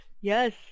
Yes